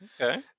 Okay